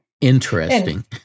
interesting